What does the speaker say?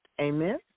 Amen